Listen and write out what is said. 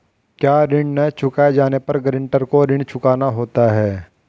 क्या ऋण न चुकाए जाने पर गरेंटर को ऋण चुकाना होता है?